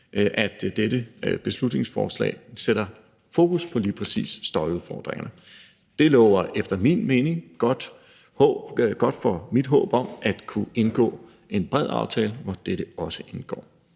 at dette beslutningsforslag sætter fokus på lige præcis støjudfordringerne. Det lover efter min mening godt for mit håb om at kunne indgå en bred aftale, hvor dette også indgår.